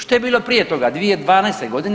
Što je bilo prije toga 2012.g.